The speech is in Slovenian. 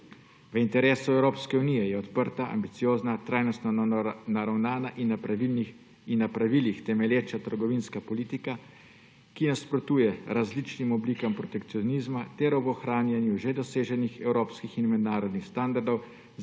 V interesu Evropske unije je odprta, ambiciozna, trajnostno naravnana in na pravilih temelječa trgovinska politika, ki nasprotuje različnim oblikam protekcionizma ter ob ohranjanju že doseženih evropskih in mednarodnih standardov